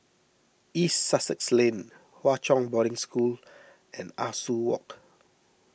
East Sussex Lane Hwa Chong Boarding School and Ah Soo Walk